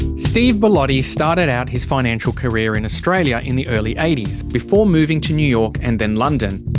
steve bellotti started out his financial career in australia in the early eighty s, before moving to new york and then london.